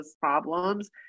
problems